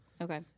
Okay